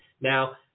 Now